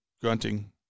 grunting